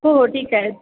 हो हो ठीक आहे